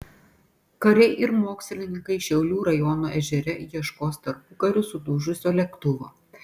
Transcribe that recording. kariai ir mokslininkai šiaulių rajono ežere ieškos tarpukariu sudužusio lėktuvo